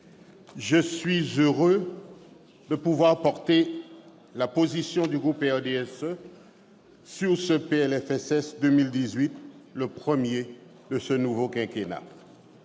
je suis heureux de pouvoir porter la position du groupe du RDSE sur ce PLFSS pour 2018, le premier de ce nouveau quinquennat.